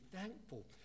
thankful